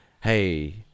hey